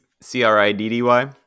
c-r-i-d-d-y